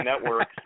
Network